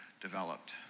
developed